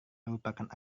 merupakan